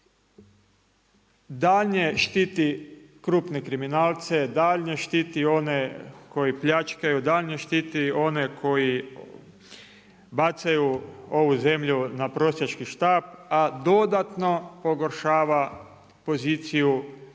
Daljnje štiti krupne kriminalce, daljnje štiti one koji pljačkaju, daljnje štiti one koji bacaju ovu zemlju na prosjački štap a dodatno pogoršava poziciju